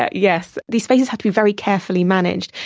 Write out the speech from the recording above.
yeah yes. these spaces have to be very carefully managed,